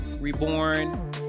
Reborn